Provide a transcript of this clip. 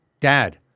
dad